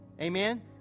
Amen